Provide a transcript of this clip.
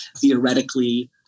theoretically